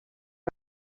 per